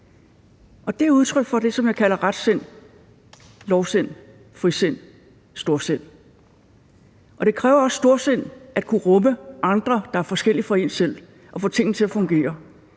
det er udtryk for det, som jeg kalder retsind, lovsind, frisind, storsind. Det kræver også storsind at kunne rumme andre, der er forskellige fra én selv, og få tingene til at fungere.